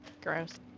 Gross